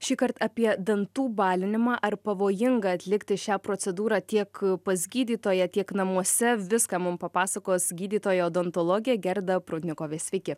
šįkart apie dantų balinimą ar pavojinga atlikti šią procedūrą tiek pas gydytoją tiek namuose viską mum papasakos gydytoja odontologė gerda prudnikovė sveiki